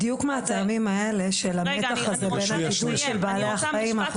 בדיוק מהטעמים האלה של המתח הזה בין הגידול של בעלי החיים אנחנו